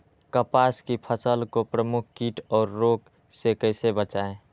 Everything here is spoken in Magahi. कपास की फसल को प्रमुख कीट और रोग से कैसे बचाएं?